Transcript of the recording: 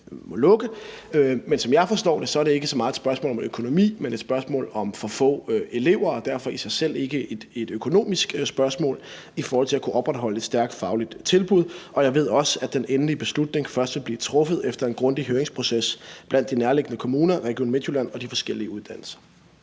må lukke. Men som jeg forstår det, er det ikke så meget et spørgsmål om økonomi som et spørgsmål om for få elever, og derfor er det ikke i sig selv et økonomisk spørgsmål i forhold til at kunne opretholde et stærkt fagligt tilbud. Og jeg ved også, at den endelige beslutning først vil blive truffet efter en grundig høringsproces blandt de nærliggende kommuner, Region Midtjylland og de forskellige uddannelser.